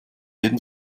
jeden